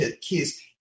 keys